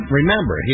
remember